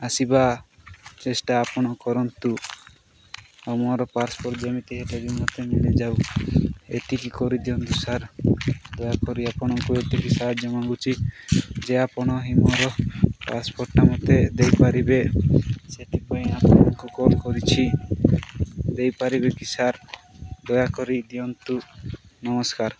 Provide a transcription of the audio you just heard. ଆସିବା ଚେଷ୍ଟା ଆପଣ କରନ୍ତୁ ଆଉ ମୋର ପାସପୋର୍ଟ ଯେମିତି ହେଲେ ବି ମୋତେ ମିଳିଯାଉ ଏତିକି କରିଦିଅନ୍ତୁ ସାର୍ ଦୟାକରି ଆପଣଙ୍କୁ ଏତିକି ସାହାଯ୍ୟ ମାଙ୍ଗୁଚି ଯେ ଆପଣ ହିଁ ମୋର ପାସପୋର୍ଟଟା ମୋତେ ଦେଇପାରିବେ ସେଥିପାଇଁ ଆପଣଙ୍କୁ କଲ୍ କରିଛି ଦେଇପାରିବେ କି ସାର୍ ଦୟାକରି ଦିଅନ୍ତୁ ନମସ୍କାର